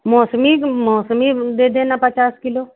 मौसमी को मौसमी दे देना पचास किलो